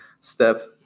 step